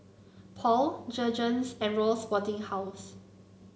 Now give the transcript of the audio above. Paul Jergens and Royal Sporting House